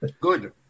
good